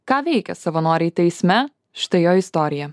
ką veikia savanoriai teisme štai jo istorija